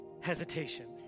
hesitation